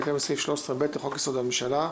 בהתאם לסעיף 13(ב) לחוק-יסוד: הממשלה,